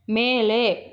ಮೇಲೆ